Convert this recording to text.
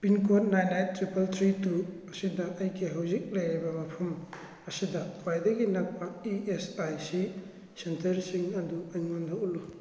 pin code nine eight triple three two ꯑꯁꯤꯗ ꯑꯩꯒꯤ ꯍꯧꯖꯤꯛ ꯂꯩꯔꯤꯕ ꯃꯐꯝ ꯑꯁꯤꯗ ꯈ꯭ꯋꯥꯏꯗꯒꯤ ꯅꯛꯄ ꯏ ꯑꯦꯁ ꯑꯥꯏ ꯁꯤ ꯁꯦꯟꯇꯔꯁꯤꯡ ꯑꯗꯨ ꯑꯩꯉꯣꯟꯗ ꯎꯠꯂꯨ